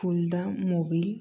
Fuldamobil